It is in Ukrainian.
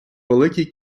великій